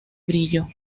brillo